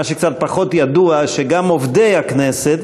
מה שקצת פחות ידוע הוא שגם עובדי הכנסת